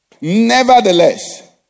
nevertheless